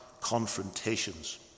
Confrontations